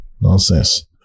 Nonsense